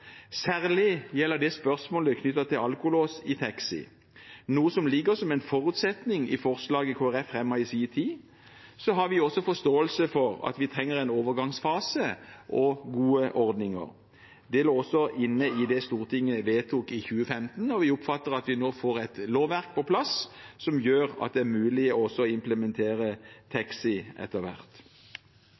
Særlig gjelder det spørsmålet knyttet til alkolås i taxi, noe som ligger som en forutsetning i forslaget Kristelig Folkeparti fremmet i sin tid. Så har vi også forståelse for at vi trenger en overgangsfase og gode ordninger. Det lå også inne i det Stortinget vedtok i 2015. Vi oppfatter at vi nå får på plass et lovverk som gjør at det er mulig også å implementere taxi etter hvert.